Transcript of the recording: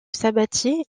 sabatier